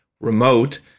remote